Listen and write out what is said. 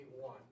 one